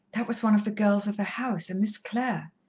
that was one of the girls of the house, a miss clare.